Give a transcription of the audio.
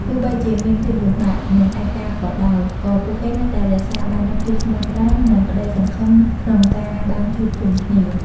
ទោះបីជាមានភាពលំបាក និងឯកាក៏ដោយ ក៏ពួកគេនៅតែរក្សាបាននូវភាពស្មោះត្រង់ និងក្តីសង្ឃឹមក្នុងការបានជួបជុំគ្នា។